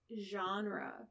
genre